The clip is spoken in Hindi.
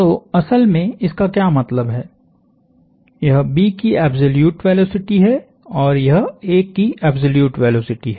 तो असल में इसका क्या मतलब है यह B की एब्सोल्युट वेलोसिटी है और यह A की एब्सोल्युट वेलोसिटी है